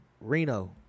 Reno